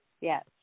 yes